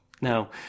no